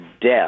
death